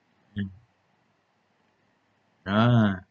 mm (uh huh)